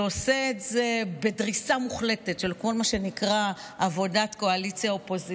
שעושה את זה בדריסה מוחלטת של כל מה שנקרא עבודת קואליציה-אופוזיציה,